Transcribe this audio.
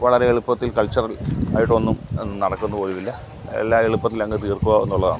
വളരെ എളുപ്പത്തിൽ കൾച്ചറൽ ആയിട്ടൊന്നും നടക്കുന്നു പോലുമില്ല എല്ലാം എളുപ്പത്തിലങ്ങ് തീർക്കുക എന്നുള്ളതാണ്